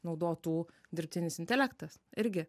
naudotų dirbtinis intelektas irgi